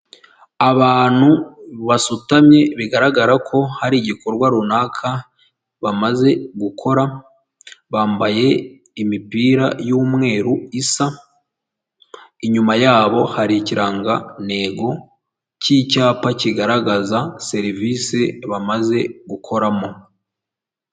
Abantu basutamye bigaragara ko hari igikorwa runaka bamaze gukora, bambaye imipira y'umweru isa, inyuma yabo hari ikirangantego cy'icyapa kigaragaza serivisi bamaze gukoramo.